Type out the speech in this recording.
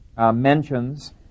mentions